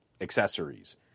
accessories